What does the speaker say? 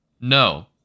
No